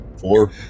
four